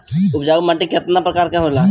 उपजाऊ माटी केतना प्रकार के होला?